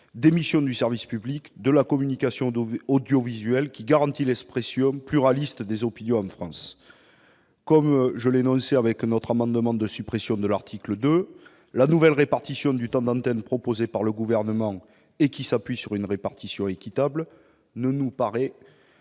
d'émission du service public de la communication audiovisuelle qui garantit l'expression pluraliste des opinions en France. Comme nous l'énoncions en défendant notre amendement de suppression de l'article 2, la nouvelle répartition du temps d'antenne proposée par le Gouvernement, qui s'appuie sur un principe d'équité, ne nous paraît